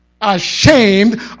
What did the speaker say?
ashamed